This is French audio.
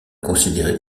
considérée